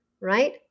right